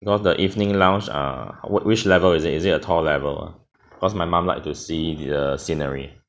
go off to the evening lounge err what which level is it is it a tall level ah because my mum like to see the scenery